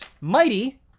Mighty